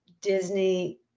Disney